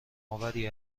آوری